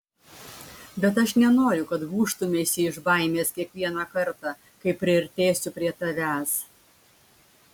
bet aš nenoriu kad gūžtumeisi iš baimės kiekvieną kartą kai priartėsiu prie tavęs